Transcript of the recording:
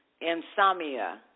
insomnia